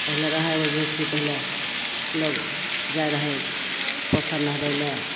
पहिले रहै ओ जुग कि पहिले लोक जाइ रहै पोखरि नहबै ले